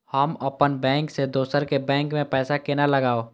हम अपन बैंक से दोसर के बैंक में पैसा केना लगाव?